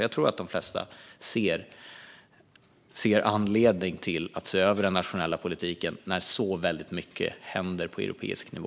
Jag tror att de flesta ser anledning till att se över den nationella politiken när så väldigt mycket händer på europeisk nivå.